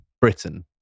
britain